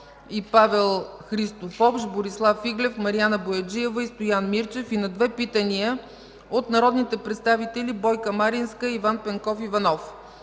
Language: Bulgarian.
и Павел Христов, Борислав Иглев, Мариана Бояджиева и Стоян Мирчев и на две питания от народните представители Бойка Маринска и Иван Пенков Иванов.